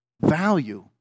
value